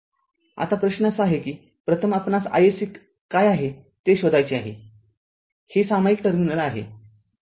आता प्रश्न असा आहे की प्रथम आपणास iSC काय आहे ते शोधायचे आहे हे सामायिक टर्मिनल आहे